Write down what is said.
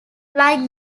like